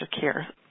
care